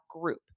group